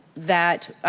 that